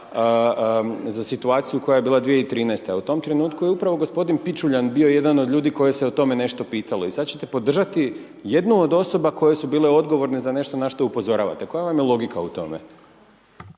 za situaciju koja je bila 2013. a u tom trenutku je upravo g. Pičuljan, bio jedan od ljudi koji se o tome nešto pitalo. I sada ćete podržati jednu od osoba koje su bile odgovorne za nešto na što upozoravate, koja vam je logika o tome?